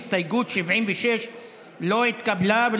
הסתייגות 76 לא נתקבלה.